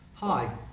Hi